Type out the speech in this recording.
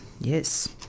yes